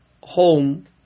home